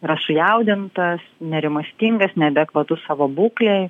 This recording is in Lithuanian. yra sujaudintas nerimastingas neadekvatus savo buklei